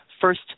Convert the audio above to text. first